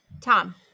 Tom